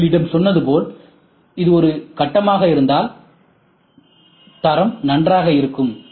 நான் உங்களிடம் சொன்னது போல இது ஒரு கட்டமாக இருந்தால் தரம் நன்றாக இருக்கும்